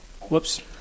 whoops